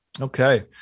Okay